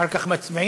אחר כך מצביעים,